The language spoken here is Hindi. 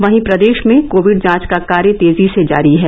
वहीं प्रदेश में कोविड जांच का कार्य तेजी से जारी है